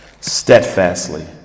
steadfastly